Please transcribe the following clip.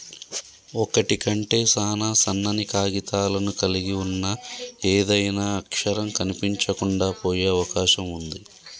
ఒకటి కంటే సాన సన్నని కాగితాలను కలిగి ఉన్న ఏదైనా అక్షరం కనిపించకుండా పోయే అవకాశం ఉంది